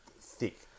thick